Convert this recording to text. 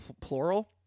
plural